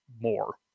more